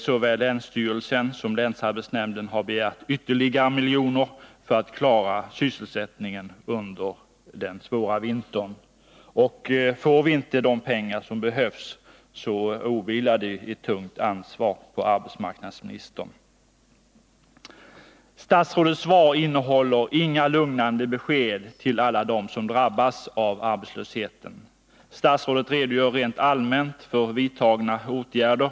Såväl länsstyrelsen som länsarbetsnämnden har begärt ytterligare miljoner för att klara sysselsättningen under vintern. Får vi inte de pengar som behövs, åvilar det arbetsmarknadsministern ett tungt ansvar. Statsrådets svar innehåller inga lugnande besked till alla dem som drabbas av arbetslösheten. Statsrådet redogör rent allmänt för vidtagna åtgärder.